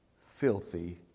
Filthy